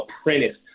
apprentice